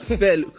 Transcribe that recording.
Spell